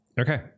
Okay